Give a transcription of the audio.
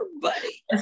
buddy